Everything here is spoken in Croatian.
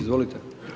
Izvolite.